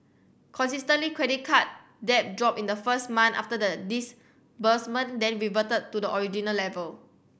consistently credit card debt dropped in the first month after the disbursement then reverted to the original level